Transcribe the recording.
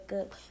up